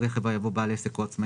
יבוא "ובחובת צירוף תעודת זהות".